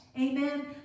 Amen